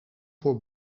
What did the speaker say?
voor